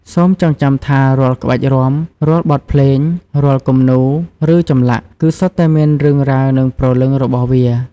សូមចងចាំថា រាល់ក្បាច់រាំ រាល់បទភ្លេង រាល់គំនូរ ឬចម្លាក់ គឺសុទ្ធតែមានរឿងរ៉ាវ និងព្រលឹងរបស់វា។